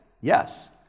Yes